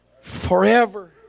forever